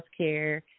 healthcare